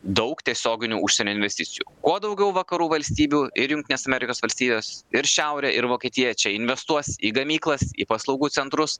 daug tiesioginių užsienio investicijų kuo daugiau vakarų valstybių ir jungtinės amerikos valstijos ir šiaurė ir vokietija čia investuos į gamyklas į paslaugų centrus